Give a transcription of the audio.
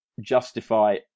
justify